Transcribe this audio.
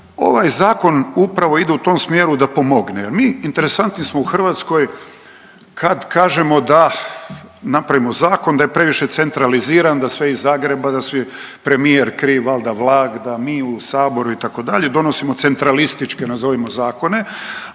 Ovaj zakon upravo ide u tom smjeru da pomogne, jer mi interesantni smo u Hrvatskoj kad kažemo da napravimo zakon, da je previše centraliziran, da sve iz Zagreba, da sve premijer kriv valda Vlada, mi u saboru itd., donosimo centralističke nazovimo zakone,